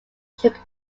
shook